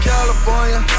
California